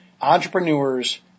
entrepreneurs